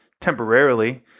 temporarily